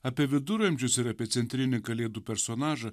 apie viduramžius ir apie centrinį kalėdų personažą